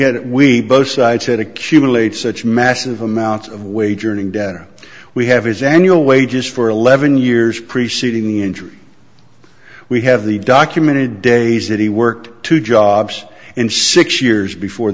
it we both sides had accumulated such massive amounts of wage earning data we have his annual wages for eleven years preceding injury we have the documented days that he worked two jobs in six years before